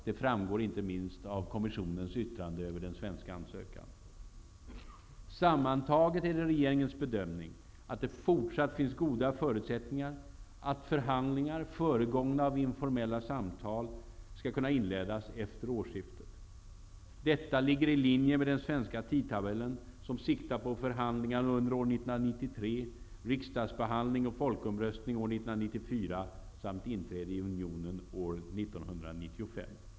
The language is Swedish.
Det framgår inte minst av kommissionens yttrande över den svenska medlemsansökan. Sammantaget är det regeringens bedömning att det fortsatt finns goda förutsättningar för att förhandlingar, föregångna av informella samtal, skall kunna inledas efter årsskiftet. Detta ligger i linje med den svenska tidtabellen som siktar på förhandlingar under år 1993, riksdagsbehandling och folkomröstning år 1994 samt inträde i unionen år 1995.